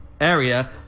area